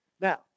Now